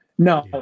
No